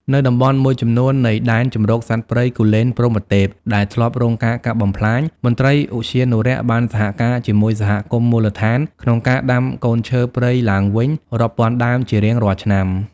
នៅតំបន់មួយចំនួននៃ ដែនជម្រកសត្វព្រៃគូលែនព្រហ្មទេព ដែលធ្លាប់រងការកាប់បំផ្លាញ មន្ត្រីឧទ្យានុរក្សបានសហការជាមួយសហគមន៍មូលដ្ឋានក្នុងការដាំកូនឈើព្រៃឡើងវិញរាប់ពាន់ដើមជារៀងរាល់ឆ្នាំ។